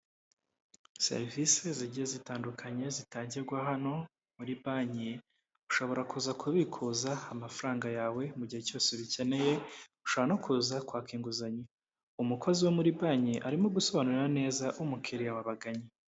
Serivisi zigiye zitandukanye zitangirwa hano muri banki, ushobora kuza kubikuza amafaranga yawe mu gihe cyose ubikeneye, ushobora no kuza kwaka inguzanyo, umukozi wo muri banki arimo gusobanurira neza umukiriya wabagannye.